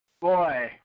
boy